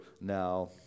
now